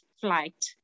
flight